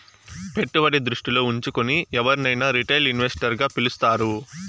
పెట్టుబడి దృష్టిలో ఉంచుకుని ఎవరినైనా రిటైల్ ఇన్వెస్టర్ గా పిలుస్తారు